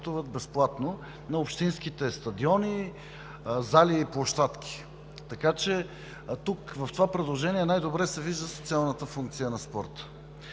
на общинските стадиони, зали и площадки. Така че тук, в това предложение най добре се вижда социалната функция на спорта.